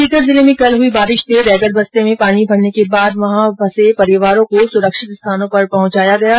सीकर जिले में कल हुई बारिश से रैगर बस्ती में पानी भरने के बाद वहां फंसे परिवारों को सुरक्षित स्थान पर पहुंचाया गया है